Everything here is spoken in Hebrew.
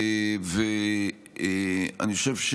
אני חושב,